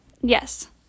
yes